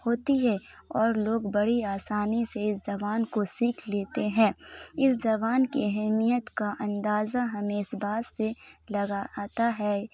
ہوتی ہے اور لوگ بڑی آسانی سے اس زبان کو سیکھ لیتے ہیں اس زبان کی اہمیت کا اندازہ ہمیں اس بات سے لگا آتا ہے